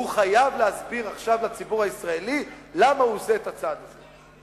הוא חייב להסביר עכשיו לציבור הישראלי למה הוא עושה את הצעד הזה.